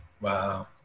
Wow